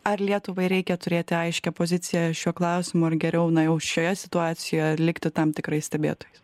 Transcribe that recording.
ar lietuvai reikia turėti aiškią poziciją šiuo klausimu ar geriau na jau šioje situacijoje likti tam tikrais stebėtojais